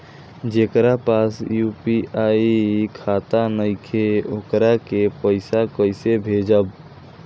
जेकरा पास यू.पी.आई खाता नाईखे वोकरा के पईसा कईसे भेजब?